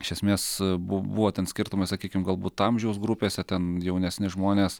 iš esmės bū buvo ten skirtumai sakykim galbūt amžiaus grupėse ten jaunesni žmonės